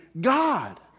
God